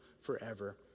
forever